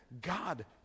God